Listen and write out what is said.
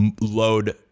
load